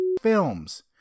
films